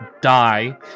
die